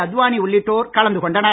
அத்வானி உள்ளிட்டோர் கலந்து கொண்டனர்